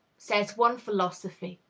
says one philosophy.